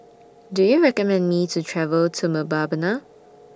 Do YOU recommend Me to travel to Mbabana